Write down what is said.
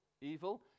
Evil